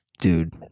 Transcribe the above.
Dude